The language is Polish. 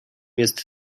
jest